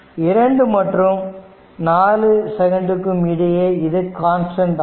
2 மற்றும் 4 செகண்ட்டுக்கும் இடையே இது கான்ஸ்டன்ட் ஆகும்